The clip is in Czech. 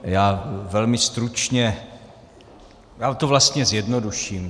Já velmi stručně já to vlastně zjednoduším.